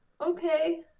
Okay